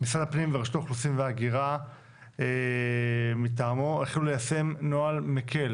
משרד הפנים ורשות האוכלוסין וההגירה מטעמו החלו ליישם נוהל מקל